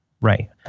Right